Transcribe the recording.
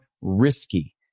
risky